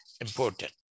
important